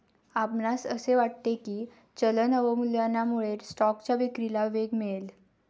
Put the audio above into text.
आपणास असे वाटते की चलन अवमूल्यनामुळे स्टॉकच्या विक्रीला वेग मिळेल?